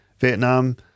vietnam